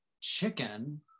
chicken